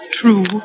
True